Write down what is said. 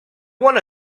wanna